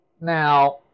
Now